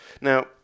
Now